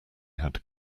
had